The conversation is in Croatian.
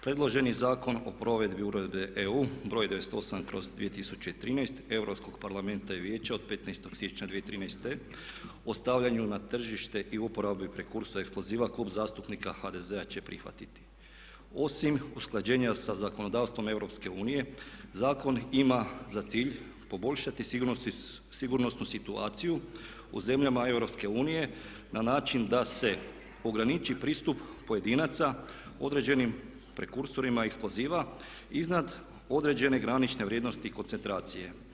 Predloženi zakon o provedbi Uredbe EU br. 98/2013 Europskog parlamenta i Vijeća od 15.siječnja 2013. o stavljanju na tržište i uporabi prekursora eksploziva Klub zastupnika HDZ-a će prihvatiti osim usklađenja sa zakonodavstvom EU zakon ima za cilj poboljšati sigurnosnu situaciju u zemljama EU na način da se ograniči pristup pojedinaca određenim prekursorima eksploziva iznad određene granične vrijednosti koncentracije.